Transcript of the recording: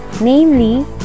namely